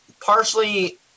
partially